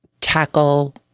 tackle